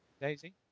Daisy